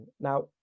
now